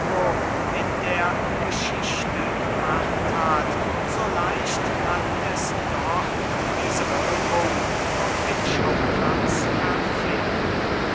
in der geschichte gemacht hat so leicht kann es doch diese wirkung auf dem schauplatz verfehlen